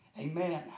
amen